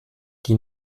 die